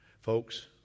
folks